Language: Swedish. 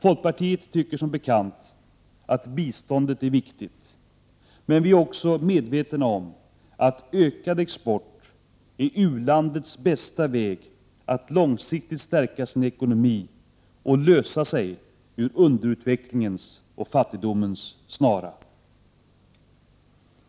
Folkpartiet tycker, som bekant, att biståndet är viktigt, men vi är också medvetna om att ökad export är u-landets bästa väg att långsiktigt stärka sin ekonomi och lösa sig ur underutvecklingens och fattigdomens snara.